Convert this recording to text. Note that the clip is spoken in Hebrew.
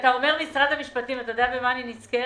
כשאתה אומר משרד המשפטים, אתה יודע במה אני נזכרת?